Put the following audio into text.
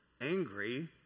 angry